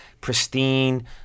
pristine